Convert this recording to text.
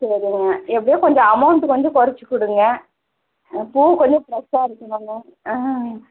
சரிங்க எப்படியோ கொஞ்சம் அமௌன்ட் கொஞ்சம் கொறச்சு கொடுங்க பூ கொஞ்சம் ஃப்ரெஷ்ஷாக இருக்குமாங்க